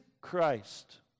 Christ